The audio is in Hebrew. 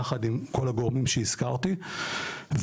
יחד עם כל הגורמים שהזכרתי ובעצם,